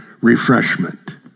refreshment